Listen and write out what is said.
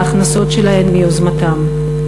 בהכנסות שלהן מיוזמתן.